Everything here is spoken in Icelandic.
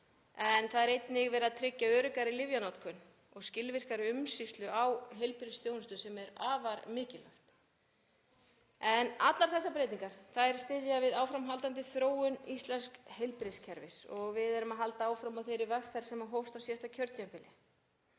Það er einnig verið að tryggja öruggari lyfjanotkun og skilvirkari umsýslu á heilbrigðisþjónustu sem er afar mikilvægt. Allar þessar breytingar styðja við áframhaldandi þróun íslensks heilbrigðiskerfis og við erum að halda áfram á þeirri vegferð sem hófst á síðasta kjörtímabili.